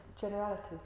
generalities